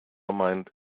meint